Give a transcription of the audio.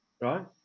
right